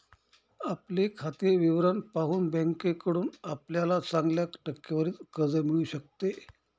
आपले खाते विवरण पाहून बँकेकडून आपल्याला चांगल्या टक्केवारीत कर्ज मिळू शकते